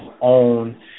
own